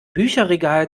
bücherregal